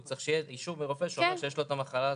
או שהוא בעיצומה של המחלה ומטופל.